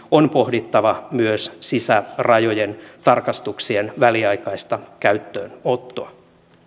on pohdittava myös sisärajojen tarkastuksien väliaikaista käyttöönottoa